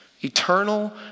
eternal